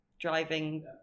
driving